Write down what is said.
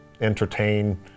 entertain